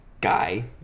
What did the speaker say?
guy